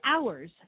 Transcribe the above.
hours